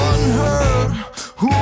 Unheard